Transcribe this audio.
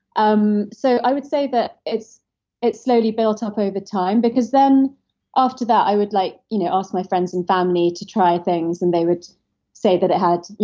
um so i would say that it's it's slowly built up over time because then after that, i would like you know ask my friends and family to try things, and they would say that it had.